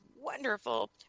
wonderful